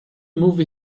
movie